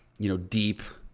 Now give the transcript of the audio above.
you know, deep.